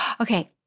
Okay